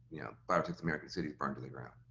you know, five or six american cities burned to the ground,